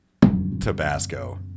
Tabasco